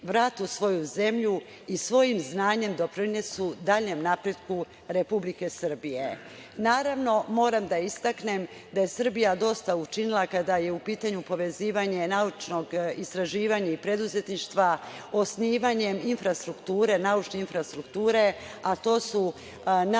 vrate u svoju zemlju i svojim znanjem doprinesu daljem napretku Republike Srbije. Naravno, moram da istaknem da je Srbija dosta učinila kada je u pitanju povezivanje naučnog istraživanja i preduzetništva, osnivanjem naučne infrastrukture, a to su